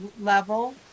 level